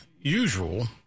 usual